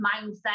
mindset